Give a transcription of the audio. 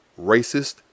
racist